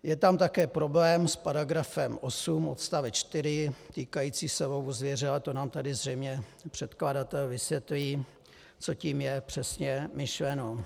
Je tam také problém s § 8 odst. 4 týkající se lovu zvěře, ale to nám tady zřejmě předkladatel vysvětlí, co tím je přesně myšleno.